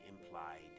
implied